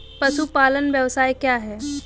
पशुपालन व्यवसाय क्या है?